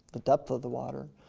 the depth of the water.